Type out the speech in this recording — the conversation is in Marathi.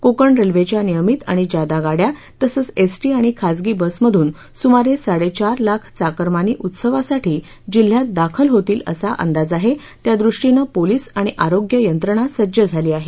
कोकण रेल्वेच्या नियमित आणि जादा गाड्या तसंच एसटी आणि खासगी बसमधून सुमारे साडेचार लाख चाकरमानी उत्सवासाठी जिल्ह्यात दाखल होतील असा अंदाज आहे त्यादृष्टीनं पोलीस आणि आरोग्य यंत्रणा सज्ज झाली आहे